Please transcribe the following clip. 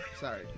Sorry